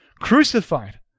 crucified